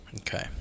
Okay